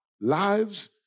lives